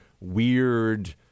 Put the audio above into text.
weird